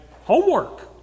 homework